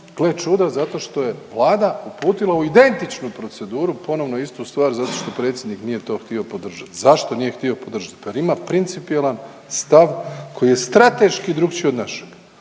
gle čuda, zato što je Vlada uputila u identičnu proceduru ponovno istu stvar, zato što predsjednik nije to htio podržati. Zašto nije htio podržati? Pa jer ima principijelan stav koji je strateški drukčiji od našeg.